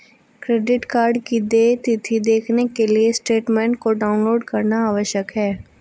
credit card की देय तिथी देखने के लिए स्टेटमेंट को डाउनलोड करना आवश्यक है